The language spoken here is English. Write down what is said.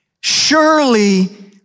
Surely